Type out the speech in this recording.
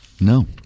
No